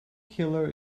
killer